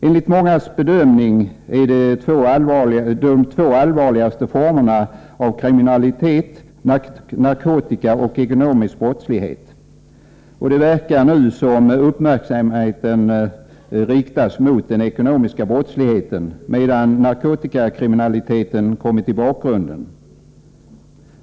Enligt mångas bedömning är de två allvarligaste formerna av kriminalitet narkotikabrottslighet och ekonomisk brottslighet. Det verkar nu som om uppmärksamheten riktas mot den ekonomiska brottsligheten, medan narkotikakriminaliteten kommit i bakgrunden.